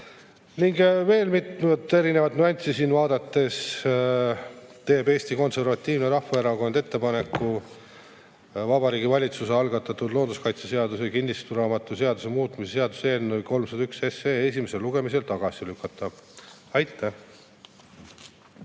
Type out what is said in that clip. Ning veel mitmeid erinevaid nüansse siin vaadates teeb Eesti Konservatiivne Rahvaerakond ettepaneku Vabariigi Valitsuse algatatud looduskaitseseaduse ja kinnistusraamatuseaduse muutmise seaduse eelnõu 301 esimesel lugemisel tagasi lükata. Aitäh!